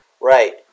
Right